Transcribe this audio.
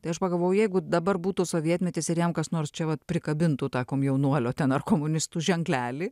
tai aš pagalvojau jeigu dabar būtų sovietmetis ir jam kas nors čia vat prikabintų tą komjaunuolio ten ar komunistų ženklelį